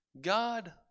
God